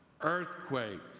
earthquakes